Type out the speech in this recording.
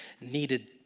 needed